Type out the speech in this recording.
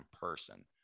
person